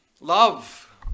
Love